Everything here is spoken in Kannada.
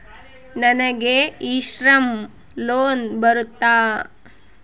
ನನಗೆ ಇ ಶ್ರಮ್ ಲೋನ್ ಬರುತ್ತಾ?